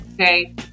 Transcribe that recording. Okay